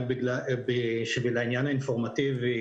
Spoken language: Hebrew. בשביל העניין האינפורמטיבי,